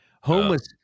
homeless